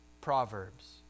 proverbs